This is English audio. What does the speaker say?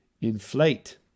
inflate